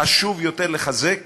חשוב יותר לחזק